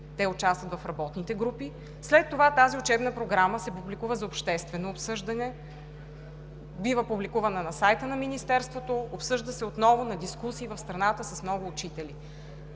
те участват в работните групи. След това, тази учебна програма се публикува за обществено обсъждане – бива публикувана на сайта на Министерството, обсъжда се отново на дискусии в страната с много учители.